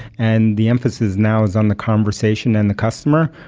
and the emphasis now is on the conversation and the customer,